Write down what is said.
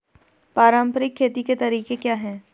पारंपरिक खेती के तरीके क्या हैं?